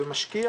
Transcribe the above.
משקיע